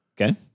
Okay